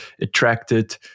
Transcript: attracted